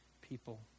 people